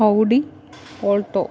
Audi alto